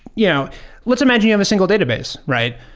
yeah let's imagine you have a single database, right?